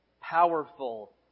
powerful